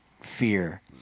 fear